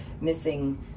missing